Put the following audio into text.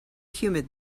humid